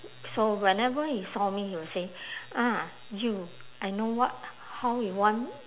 so whenever he saw me he will say ah you I know what how you want